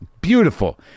Beautiful